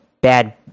bad